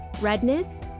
redness